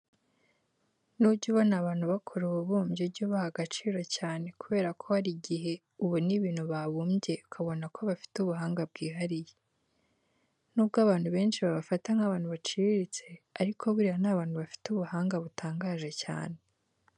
Nujya ubona abantu bakora ububumbyi ujye ubaha agaciro cyane kubera ko hari igihe ubona ibintu babumbye ukabona ko bafite ubuhanga bwihariye. Nubwo abantu benshi babafata nk'abantu baciriritse ariko buriya ni abantu bafite ubuhanga butangaje cyane.